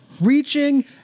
reaching